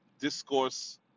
discourse